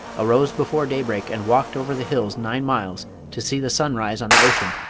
arose before daybreak and walked over the hills nine miles to see the sun rise on the ocean,